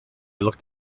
looked